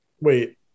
Wait